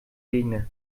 gegner